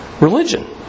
religion